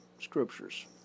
scriptures